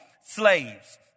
slaves